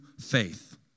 faith